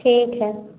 ठीक है